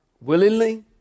Willingly